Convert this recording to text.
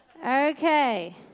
Okay